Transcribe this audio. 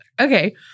Okay